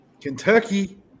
Kentucky